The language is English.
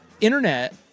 Internet